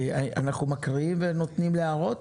אנחנו מקריאים ונותנים הערות?